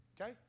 Okay